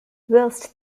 whilst